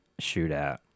shootout